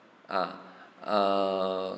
uh err